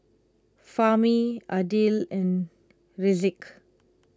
Fahmi Aidil and Rizqi